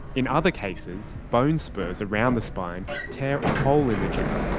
in other cases, bone spurs around the spine tear a hole in the dura.